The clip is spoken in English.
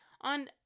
on